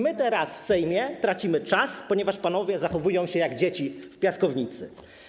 My teraz w Sejmie tracimy czas, ponieważ panowie zachowują się jak dzieci w piaskownicy.